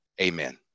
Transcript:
amen